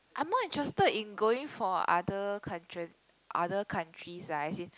I am not interested in going for other countrys other countries uh as in actually